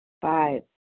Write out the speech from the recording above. Five